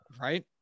right